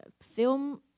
film